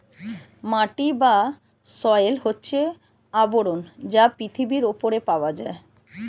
মাটি বা সয়েল হচ্ছে আবরণ যা পৃথিবীর উপরে পাওয়া যায়